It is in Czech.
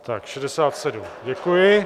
Tak 67, děkuji.